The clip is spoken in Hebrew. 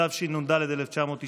התשנ"ד 1994,